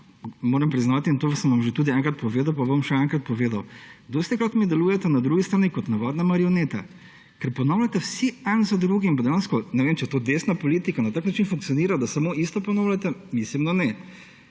moram priznati – in to sem vam tudi že enkrat povedal, pa bom še enkrat povedal –, da mi dostikrat delujete na drugi strani kot navadne marionete, ker ponavljate vsi, en za drugim. Pa dejansko ne vem, če to desna politika na tak način funkcionira, da samo isto ponavljate. Mislim, da ne.